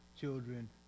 children